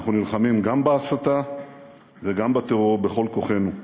אנחנו נלחמים גם בהסתה וגם בטרור בכל כוחנו.